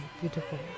beautiful